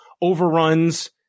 overruns